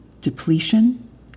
Depletion